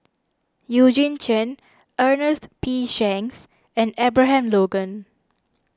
Eugene Chen Ernest P Shanks and Abraham Logan